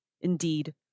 indeed